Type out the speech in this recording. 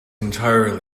entirely